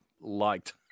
liked